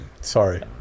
sorry